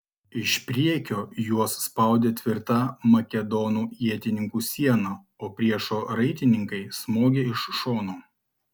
iš priekio juos spaudė tvirta makedonų ietininkų siena o priešo raitininkai smogė iš šono